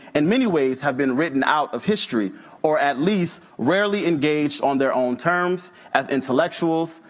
and many ways have been written out of history or at least rarely engaged on their own terms as intellectuals,